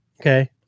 Okay